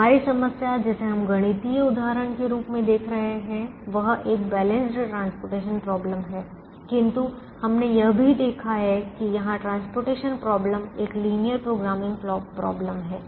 हमारी समस्या जिसे हम गणितीय उदाहरण के रूप में देख रहे हैं वह एक संतुलित परिवहन समस्या है किंतु हमने यह भी देखा कि यहां परिवहन समस्या एक लिनियर प्रोग्रामिंग समस्या है